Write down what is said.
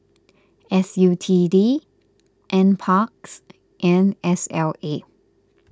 S U T D N Parks and S L A